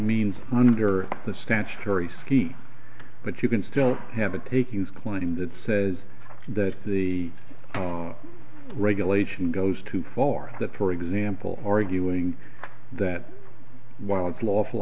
means under the statutory scheme but you can still have a takings claim that says that the regulation goes too far that for example arguing that while it's lawful